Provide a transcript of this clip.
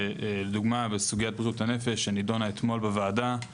לדוגמה, בסוגיית בריאות הנפש שנידונה בוועדה אתמול